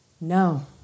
No